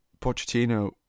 Pochettino